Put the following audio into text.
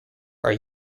are